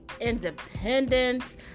independence